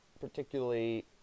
particularly